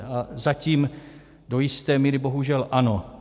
A zatím do jisté míry bohužel ano.